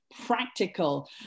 practical